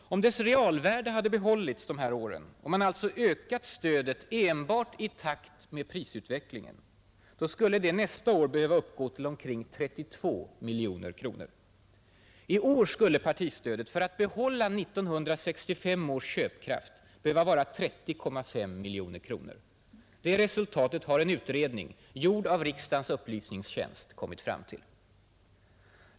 Om dess realvärde hade behållits de här åren och man alltså ökat stödet enbart i takt med prisutvecklingen, skulle det nästa år behöva uppgå till omkring 32 miljoner kronor. I år skulle partistödet, för att behålla 1965 års köpkraft, behöva vara 30,5 miljoner kronor. Det resultatet har en utredning, gjord av riksdagens upplysningstjänst, kommit fram till.